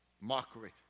mockery